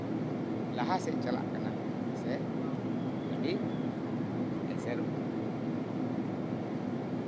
ᱞᱟᱦᱟ ᱥᱮᱡ ᱪᱟᱞᱟᱜ ᱠᱟᱱᱟ ᱥᱮ ᱟᱹᱰᱤ ᱮᱥᱮᱨᱚᱜ ᱠᱟᱱᱟ